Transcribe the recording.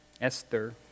Esther